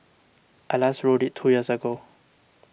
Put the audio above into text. I last rode it two years ago